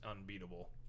unbeatable